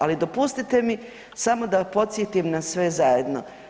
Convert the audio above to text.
Ali, dopustite mi samo da podsjetim na sve zajedno.